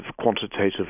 quantitative